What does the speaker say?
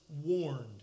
warned